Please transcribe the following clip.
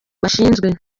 bashinzwe